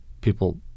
people